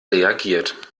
reagiert